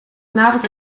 vanavond